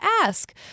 ask